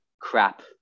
crap